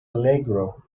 allegro